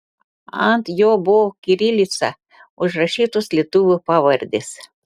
ant jo buvo kirilica užrašytos lietuvių pavardės